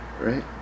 Right